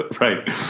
right